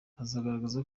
azagaragaza